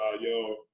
yo